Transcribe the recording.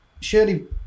Surely